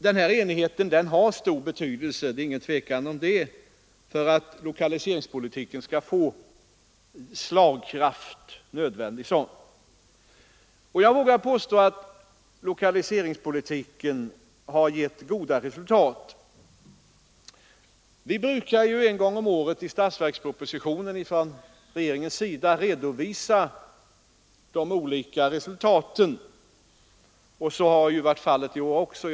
Denna enighet har stor betydelse — det råder inget tvivel om det — för att lokaliseringspolitiken skall få nödvändig slagkraft. Jag vågar påstå att lokaliseringspolitiken har gett goda resultat. Vi brukar en gång om året i statsverkspropositionen från regeringens sida redovisa de olika resultaten. Så har ju varit fallet även i år.